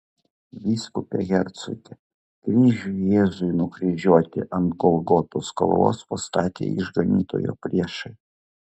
vyskupe hercoge kryžių jėzui nukryžiuoti ant golgotos kalvos pastatė išganytojo priešai